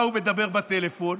מה הוא מדבר בטלפון,